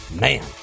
Man